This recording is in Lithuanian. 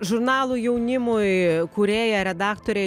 žurnalo jaunimui kūrėja redaktorė